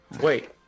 Wait